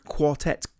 Quartet